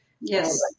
Yes